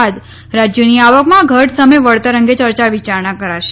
બાદ રાજ્યોની આવકમાં ઘટ સામે વળતર અંગે ચર્ચા વિચારણા કરાશે